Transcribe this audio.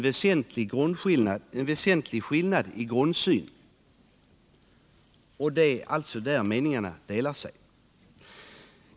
Detta visar en väsentlig skillnad i grundsyn och det är alltså där meningarna delar sig.